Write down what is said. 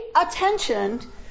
attention